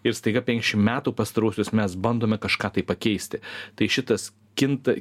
ir staiga penkiasdešim metų pastaruosius mes bandome kažką tai pakeisti tai šitas kinta